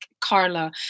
Carla